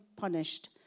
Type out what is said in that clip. punished